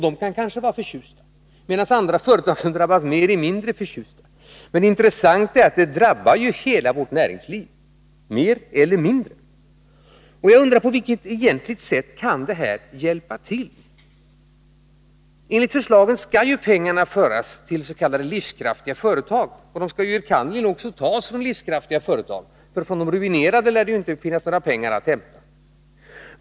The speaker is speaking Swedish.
De är kanske förtjusta, medan andra företag som drabbas mer är mindre förtjusta. Men det intressanta är att det drabbar hela vårt näringsliv, mer eller mindre. Jag undrar: På vilket egentligt sätt kan detta hjälpa till? Enligt förslaget skall ju pengarna föras till s.k. livskraftiga företag, och de skall enkannerligen också tas från livskraftiga företag — från de ruinerade företagen lär det inte finnas några pengar att hämta.